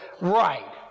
Right